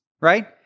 right